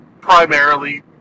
primarily